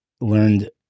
learned